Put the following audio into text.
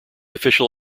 official